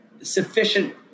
Sufficient